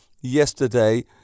yesterday